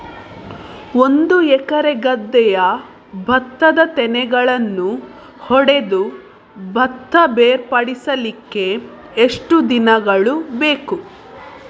ಒಂದು ಎಕರೆ ಗದ್ದೆಯ ಭತ್ತದ ತೆನೆಗಳನ್ನು ಹೊಡೆದು ಭತ್ತ ಬೇರ್ಪಡಿಸಲಿಕ್ಕೆ ಎಷ್ಟು ದಿನಗಳು ಬೇಕು?